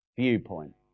viewpoint